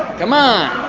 come on.